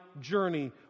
journey